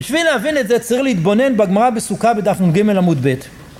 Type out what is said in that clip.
בשביל להבין את זה, צריך להתבונן בגמרא, בסוכה, בדף נ"ג, עמוד ב'.